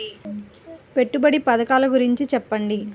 పెట్టుబడి పథకాల గురించి చెప్పండి?